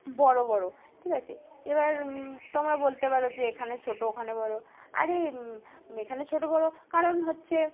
বড়ো বড়ো ঠিক আছে এবার তোমরা বলতে পারো যে এখানে ছোটো ওখানে বড়ো আরে এখানে ছোটো বড়ো কারণ হচ্ছে